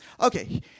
Okay